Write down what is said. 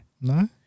No